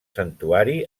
santuari